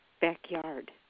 backyard